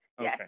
Okay